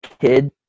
kid